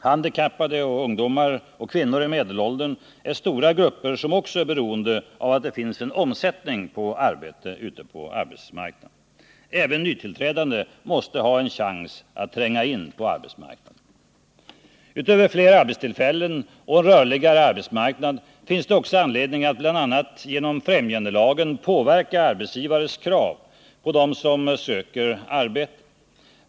Handikappade, ungdomar och kvinnor i medelåldern är stora grupper som också är beroende av att det finns en omsättning på arbeten. Även nytillträdande måste ha en chans att tränga in på arbetsmarknaden. Utöver fler arbetstillfällen och en rörligare arbetsmarknad finns det också anledning att bl.a. genom främjandelagen påverka arbetsgivares krav på dem som söker arbete.